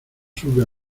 sube